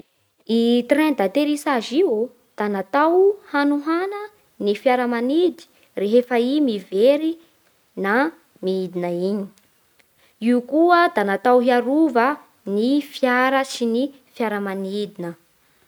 I trains d'atterissage io da natao hanohana ny fiara manidy rehefa i mivery na midina iny. Io koa da natao hiarova ny fiara sy ny fiara manidina